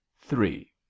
Three